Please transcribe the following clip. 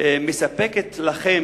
מספקת לכם,